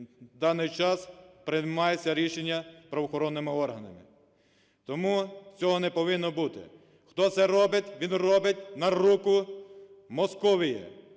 в даний час приймається рішення правоохоронними органами, тому цього не повинно бути. Хто це робить, він робить на руку Московії.